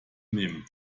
nehmen